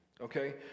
Okay